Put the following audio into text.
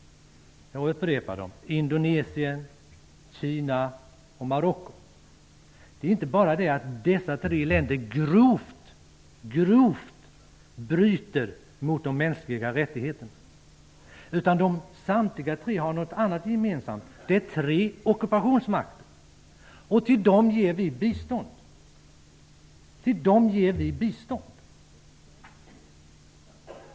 Jag upprepar dem -- Indonesien, Kina och Marocko. Det är inte bara så att dessa länder grovt bryter mot de mänskliga rättigheterna, utan samtliga länder är också ockupationsmakter. Till dessa länder ger vi bistånd.